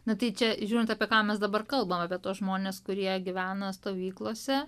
na tai čia žiūrint apie ką mes dabar kalbam apie tuos žmones kurie gyvena stovyklose